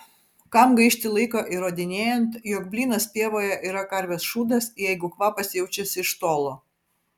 kam gaišti laiką įrodinėjant jog blynas pievoje yra karvės šūdas jeigu kvapas jaučiasi iš tolo